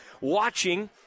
watching